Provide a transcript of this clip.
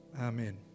Amen